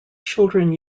children